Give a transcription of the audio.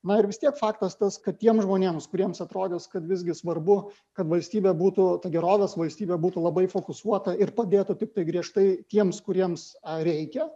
na ir vis tiek faktas tas kad tiems žmonėms kuriems atrodys kad visgi svarbu kad valstybė būtų ta gerovės valstybė būtų labai fokusuota ir padėtų tiktai griežtai tiems kuriems reikia